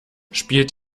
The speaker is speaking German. spielt